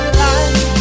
life